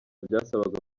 byasabaga